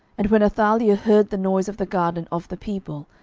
and when athaliah heard the noise of the guard and of the people,